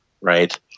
right